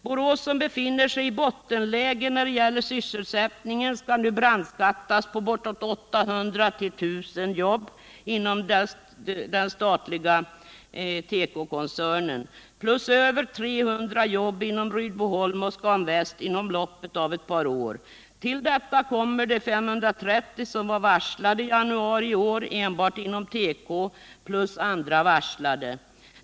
Borås, som befinner sig i bottenläge när det gäller sysselsättningen, skall nu brandskattas på bortåt 800 å 1 000 jobb inom den statliga tekokoncernen plus över 300 jobb inom Rydboholm och Scan Väst inom loppet av ett år. Till detta kommer de 530 som var varslade i januari i år enbart inom teko plus alla andra varslade.